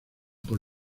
por